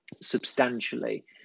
substantially